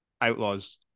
outlaws